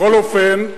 בכל אופן,